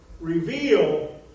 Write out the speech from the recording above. reveal